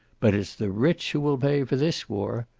but it's the rich who will pay for this war.